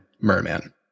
merman